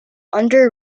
under